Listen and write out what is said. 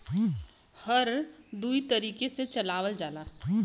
हर दुई तरीके से चलावल जाला